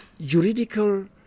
juridical